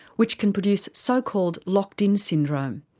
which can produce so called locked in syndrome.